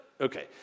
Okay